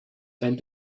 wenn